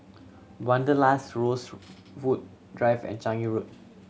Wanderlust Rosewood Drive and Changi Road